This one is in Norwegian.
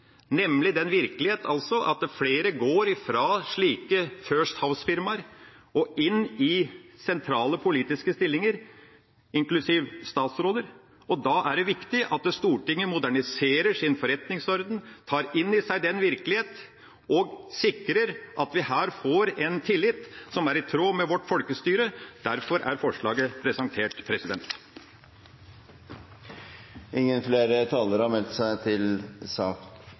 nemlig den virkelighet at flere går fra slike First House-firmaer og inn i sentrale politiske stillinger, inklusive statsråder. Da er det viktig at Stortinget moderniserer sin forretningsorden, tar inn i seg den virkelighet og sikrer at vi her får en tillit som er i tråd med vårt folkestyre. Derfor er forslaget presentert.